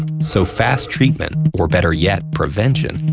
so fast treatment, or better yet, prevention,